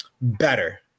better